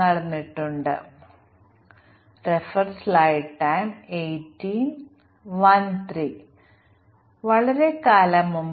അതിനാൽ integration testing വഴി ടാർഗെറ്റുചെയ്യുന്ന ടൈപ്പ് ബഗുകളുടെ ഒരു സൂചന അത് നൽകുന്നു